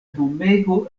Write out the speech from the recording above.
domego